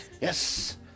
Yes